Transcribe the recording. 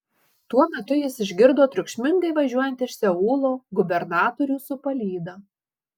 tuo metu jis išgirdo triukšmingai važiuojant iš seulo gubernatorių su palyda